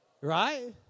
Right